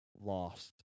lost